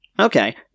Okay